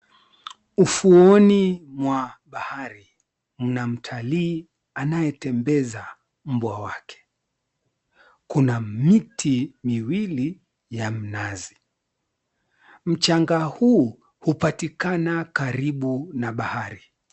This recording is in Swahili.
Ufuoni mwa bahari mna mtalii anayetembeza mbwa wake. Kuna miti miwili ya mnazi. Mchanga huu hupatikana karibu na bahari.